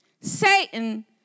Satan